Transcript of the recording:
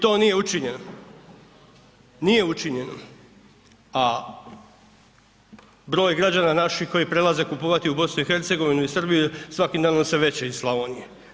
To nije učinjeno, nije učinjeno, a broj građana naših koji prelaze kupovati u BiH i Srbiju svakim danom sve veće iz Slavonije.